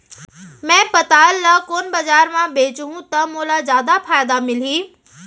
मैं पताल ल कोन बजार म बेचहुँ त मोला जादा फायदा मिलही?